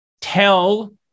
tell